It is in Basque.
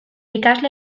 ikasle